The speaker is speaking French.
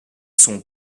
sont